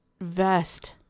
vest